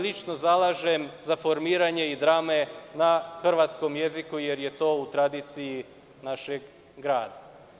Lično se zalažem za formiranje i drame na hrvatskom jeziku, jer je to u tradiciji našeg grada.